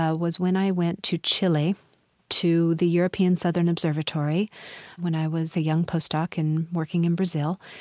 ah was when i went to chile to the european southern observatory when i was a young post-doc and working in brazil.